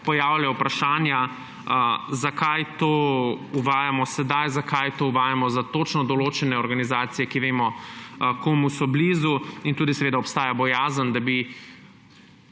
pojavljajo vprašanja, zakaj to uvajamo sedaj, zakaj to uvajamo za točno določene organizacije, ki vemo, komu so blizu, in tudi obstaja bojazen, da bi